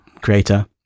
creator